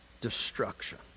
destruction